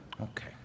Okay